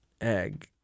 egg